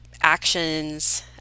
actions